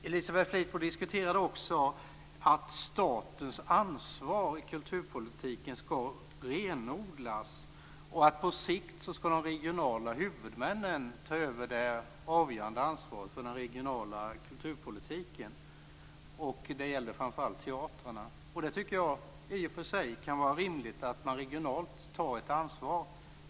Elisbeth Fleetwood diskuterade också att statens ansvar i kulturpolitiken skall renodlas och att de regionala huvudmännen på sikt skall ta över det avgörande ansvaret för den regionala kulturpolitiken. Det gällde framför allt teatrarna. Jag tycker i och för sig att det kan vara rimligt att man regionalt tar ett ansvar.